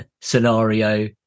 scenario